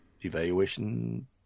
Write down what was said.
evaluation